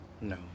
No